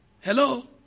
Hello